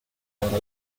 ukunda